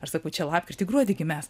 ar sakau čia lapkritį gruodį gi mes